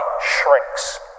shrinks